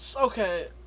Okay